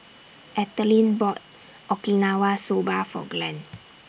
Ethelene bought Okinawa Soba For Glen